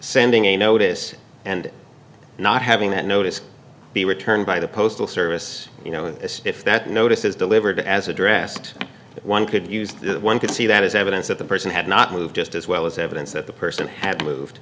sending a notice and not having that notice be returned by the postal service you know if that notice is delivered as addressed one could use one could see that as evidence that the person had not moved just as well as evidence that the person had moved